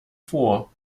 vor